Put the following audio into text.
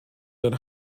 that